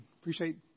appreciate